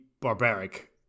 barbaric